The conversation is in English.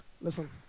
Listen